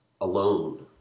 alone